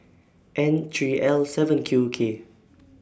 N three L seven Q K